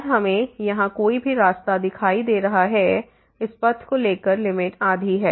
और हमें यहां कोई भी रास्ता दिखाई दे रहा है इस पथ को ले कर लिमिट आधी है